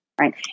Right